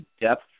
depth